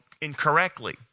incorrectly